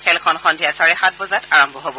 খেলখন সন্ধিয়া চাৰে সাত বজাত আৰম্ভ হ'ব